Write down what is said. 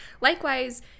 likewise